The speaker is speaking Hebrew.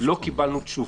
לא קיבלנו תשובה.